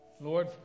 Lord